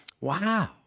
Wow